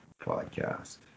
podcast